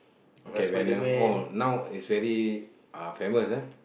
okay Venom oh now it's very uh famous ah